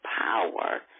power